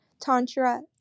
Tantra